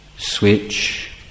Switch